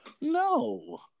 no